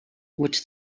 which